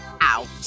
out